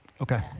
Okay